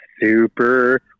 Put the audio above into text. super